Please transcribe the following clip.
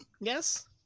Yes